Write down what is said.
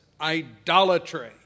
idolatry